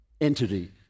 entity